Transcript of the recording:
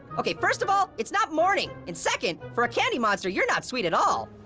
okay, first of all, it's not morning. and second, for a candy monster, you're not sweet at all.